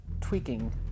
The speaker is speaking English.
tweaking